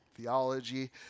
theology